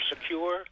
secure